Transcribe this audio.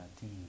team